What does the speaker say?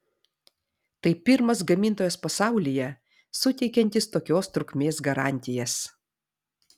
tai pirmas gamintojas pasaulyje suteikiantis tokios trukmės garantijas